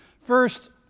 first